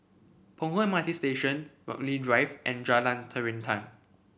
Punggol M R T Station Burghley Drive and Jalan Terentang